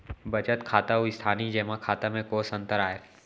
बचत खाता अऊ स्थानीय जेमा खाता में कोस अंतर आय?